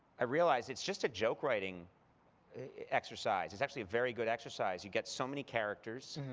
i realized it's just a joke-writing exercise. it's actually a very good exercise. you get so many characters,